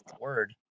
word